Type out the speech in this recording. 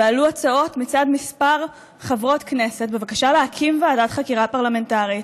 ועלו הצעות מצד כמה חברות כנסת בבקשה להקים ועדת חקירה פרלמנטרית,